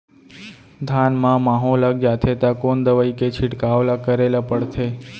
धान म माहो लग जाथे त कोन दवई के छिड़काव ल करे ल पड़थे?